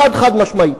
חד-חד-משמעית.